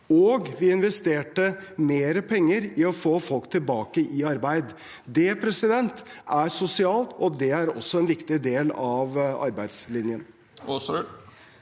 og vi investerte mer penger i å få folk tilbake i arbeid. Det er sosialt, og det er også en viktig del av arbeidslinjen.